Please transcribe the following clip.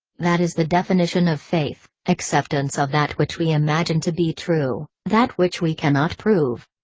that is the definition of faith acceptance of that which we imagine to be true, that which we cannot prove.